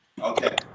Okay